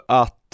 att